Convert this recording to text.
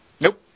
Nope